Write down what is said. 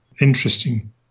interesting